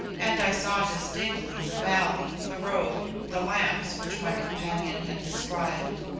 and i saw distinctly the valley, the road, the lamps which my companion had described.